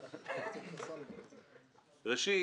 ראשית,